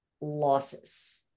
losses